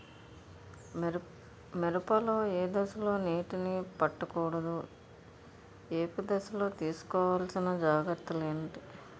మిరప లో ఏ దశలో నీటినీ పట్టకూడదు? ఏపు దశలో తీసుకోవాల్సిన జాగ్రత్తలు ఏంటి?